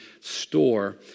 store